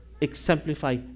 exemplify